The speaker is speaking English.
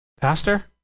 Pastor